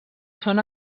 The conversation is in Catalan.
són